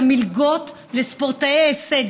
את המלגות לספורטאי הישג,